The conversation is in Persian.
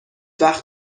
وقت